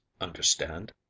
understand